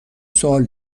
سوال